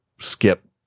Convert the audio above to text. skip